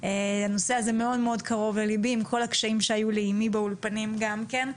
הנושא הזה מאוד קרוב לליבי עם כל הקשיים שהיו לאמי באולפנים גם כן.